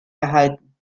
erhalten